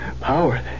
power